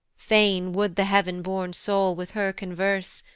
fain would the heav'n-born soul with her converse,